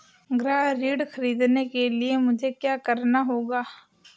गृह ऋण ख़रीदने के लिए मुझे क्या करना होगा?